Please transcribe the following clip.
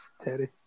Terry